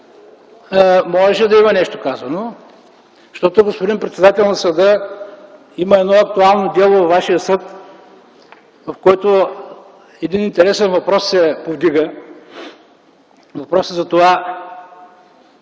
Можеше да има нещо казано, защото, господин председател на съда, има едно актуално дело във вашия съд, в който един интересен въпрос се повдига – въпросът е за това